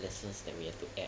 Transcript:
lessons that we have to add